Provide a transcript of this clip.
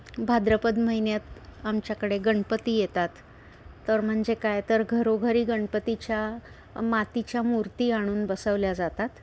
भाद्रपद महिन्यात आमच्याकडे गणपती येतात तर म्हणजे काय तर घरोघरी गणपतीच्या अ मातीच्या मूर्ती आणून बसवल्या जातात